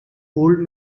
old